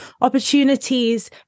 opportunities